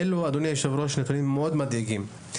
אדוני היושב-ראש, אלו נתונים מאוד מדאיגים.